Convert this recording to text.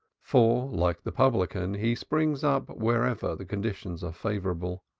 for like the publican he springs up wherever the conditions are favorable.